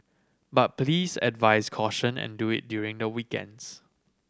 but please advise caution and do it during the weekends